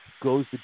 Goes